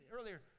earlier